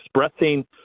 expressing